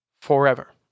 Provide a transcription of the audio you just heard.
forever